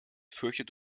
fürchtet